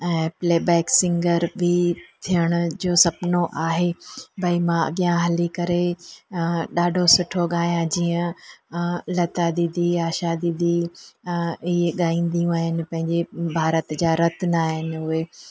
ऐं playback singer बि थियण जो सुपिनो आहे भई मां अॻियां हली करे ॾाढो सुठो ॻायां जीअं लता दीदी आशा दीदी इहे ॻाईंदियूं आहिनि पंहिंजे भारत जा रत्न आहिनि उहे